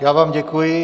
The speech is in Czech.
Já vám děkuji.